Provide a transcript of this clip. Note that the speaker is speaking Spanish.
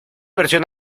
versión